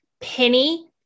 penny